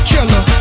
Killer